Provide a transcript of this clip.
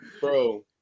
Bro